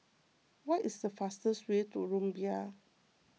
what is the fastest way to Rumbia